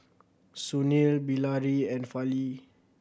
Sunil Bilahari and Fali